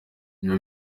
niba